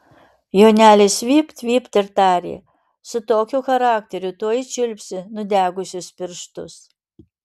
jonelis vypt vypt ir tarė su tokiu charakteriu tuoj čiulpsi nudegusius pirštus